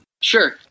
Sure